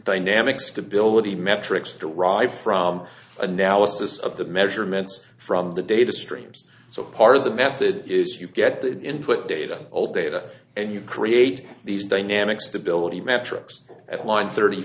stability metrics derive from analysis of the measurements from the data streams so part of the method is to get the input data old data and you create these dynamics debility metrics at line thirty